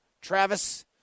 Travis